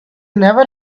never